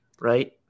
right